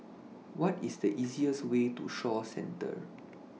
What IS The easiest Way to Shaw Centre